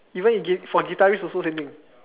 even gui~ for guitarist also same thing